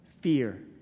fear